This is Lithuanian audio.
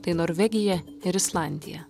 tai norvegija ir islandija